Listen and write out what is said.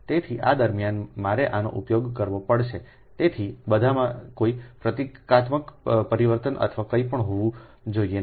તેથી આ દરમ્યાન મારે આનો ઉપયોગ કરવો પડશે તેથી બધામાં કોઈ પ્રતીકાત્મક પરિવર્તન અથવા કંઈપણ હોવું જોઈએ નહીં